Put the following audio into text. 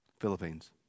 Philippines